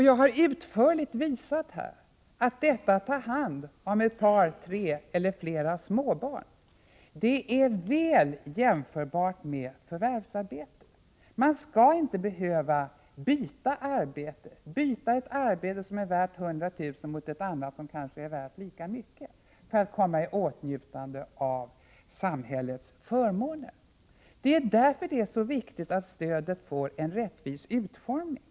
Jag har utförligt visat att detta att ta hand om två, tre eller fler småbarn är väl jämförbart med förvärvsarbete. Man skall inte behöva byta arbete — byta ett som är värt 100 000 mot ett annat som kanske är värt lika mycket — för att komma i åtnjutande av samhällets förmåner. Det är därför det är så viktigt att stödet får en rättvis utformning.